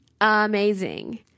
amazing